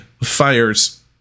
fires